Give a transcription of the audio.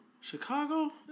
Chicago